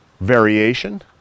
variation